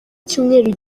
cyumweru